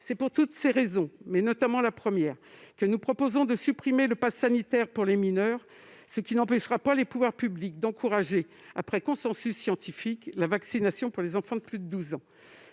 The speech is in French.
C'est pour toutes ces raisons, et notamment la première, que nous proposons de supprimer le passe sanitaire pour les mineurs, ce qui n'empêchera pas les pouvoirs publics d'encourager, après consensus scientifique, la vaccination pour les enfants de plus de 12 ans.